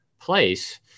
place